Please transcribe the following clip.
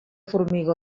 formigó